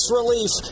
relief